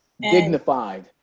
Dignified